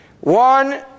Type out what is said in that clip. one